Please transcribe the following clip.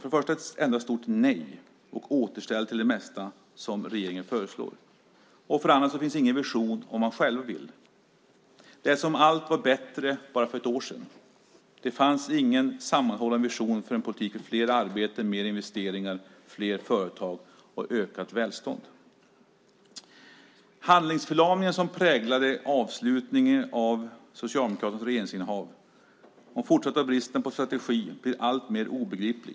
För det första är det enda stort nej, och det handlar om återställare till det mesta som regeringen föreslår. För det andra finns det ingen vision om vad man själv vill. Det är som om allt var bättre för bara ett år sedan. Det finns ingen sammanhållen vision för en politik för fler arbeten, mer investeringar, fler företag och ett ökat välstånd. Handlingsförlamningen som präglade avslutningen av Socialdemokraternas regeringsinnehav och deras fortsatta brist på strategi blir alltmer obegriplig.